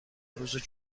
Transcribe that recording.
روز